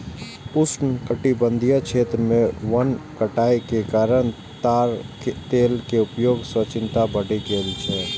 उष्णकटिबंधीय क्षेत्र मे वनक कटाइ के कारण ताड़क तेल के उपयोग सं चिंता बढ़ि गेल छै